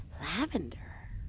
Lavender